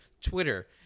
Twitter